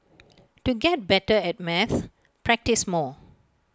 to get better at maths practise more